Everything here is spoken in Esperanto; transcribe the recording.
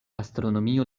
astronomio